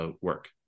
work